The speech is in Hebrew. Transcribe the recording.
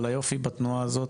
אבל היופי בתנועה הזאת,